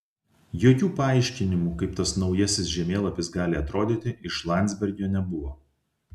jokių paaiškinimų kaip tas naujasis žemėlapis gali atrodyti iš landsbergio nebuvo